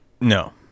No